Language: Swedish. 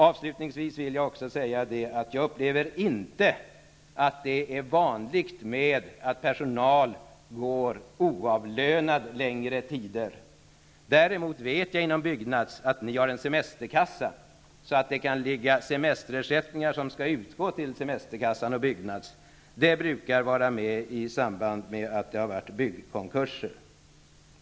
Avslutningsvis vill jag säga att jag inte upplever att det är vanligt att personal går oavlönad under en längre tid. Jag vet att man i Byggnads har en semesterkassa. Det kan således vara fråga om semesterersättningar som skall utgå till semesterkassan och Byggnads. Sådant brukar finnas med i samband med byggkonkurser.